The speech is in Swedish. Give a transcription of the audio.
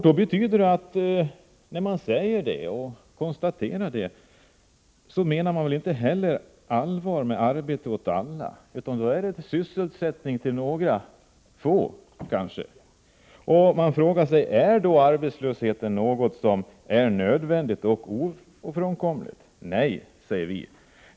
Då menar man väl inte heller allvar med talet om arbete åt alla — man menar sysselsättning åt några få. Är då arbetslösheten något nödvändigt och ofrånkomligt? Nej, säger vi.